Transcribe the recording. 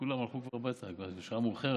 כולם כבר הלכו הביתה, השעה הייתה מאוחרת.